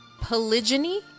Polygyny